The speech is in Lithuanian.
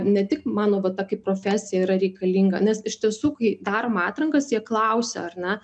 ne tik mano va ta kaip profesija yra reikalinga nes iš tiesų kai darom atrankas jie klausia ar ne